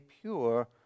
pure